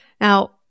Now